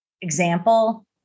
example